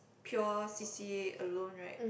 pure C_C_A alone right